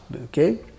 Okay